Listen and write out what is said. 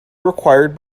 required